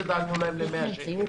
שדאגנו להם ל-100 שקל.